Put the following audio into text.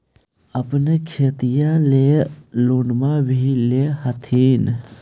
अपने खेतिया ले लोनमा भी ले होत्थिन?